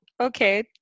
Okay